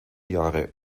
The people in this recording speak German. jahre